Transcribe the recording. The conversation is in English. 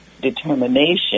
determination